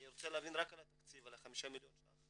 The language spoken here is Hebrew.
אני רוצה להבין רק על התקציב, על החמישה מיליון ₪.